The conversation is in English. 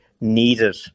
needed